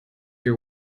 your